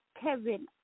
Kevin